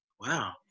wow